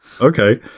Okay